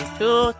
two